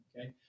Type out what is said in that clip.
Okay